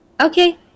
Okay